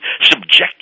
Subject